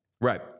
Right